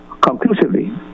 conclusively